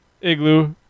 Igloo